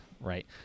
Right